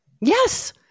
Yes